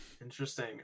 interesting